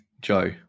Joe